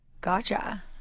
Gotcha